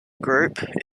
group